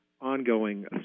ongoing